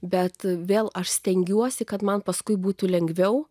bet vėl aš stengiuosi kad man paskui būtų lengviau